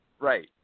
Right